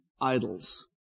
idols